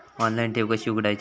Online ठेव कशी उघडायची?